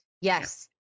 Yes